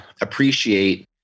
appreciate